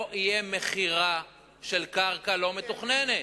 לא תהיה מכירה של קרקע לא מתוכננת.